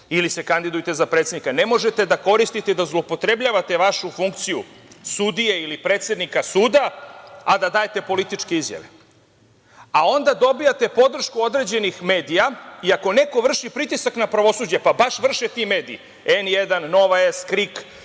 ili se kandidujte za predsednika. Ne možete da koristite i da zloupotrebljavate vašu funkciju sudije ili predsednika suda, a da dajete političke izjave, a onda dobijate podršku određenih medija i ako neko vrši pritisak na pravosuđe, pa baš vrše ti mediji, N1, Nova S, KRIK,